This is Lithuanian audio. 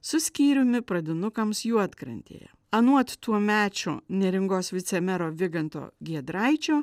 su skyriumi pradinukams juodkrantėje anuot tuomečio neringos vicemero viganto giedraičio